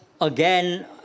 again